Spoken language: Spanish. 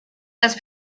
las